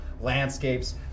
landscapes